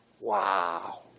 Wow